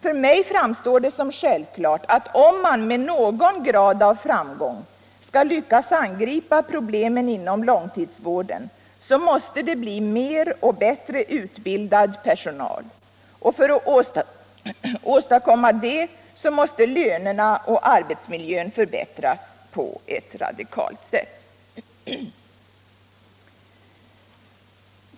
För mig framstår det som självklart, att om man med någon grad av framgång skall lyckas angripa problemen inom långtidsvården, så måste det bli mer och bättre utbildad personal. Och för att åstadkomma det måste lönerna och arbetsmiljön förbättras på ett radikalt sätt.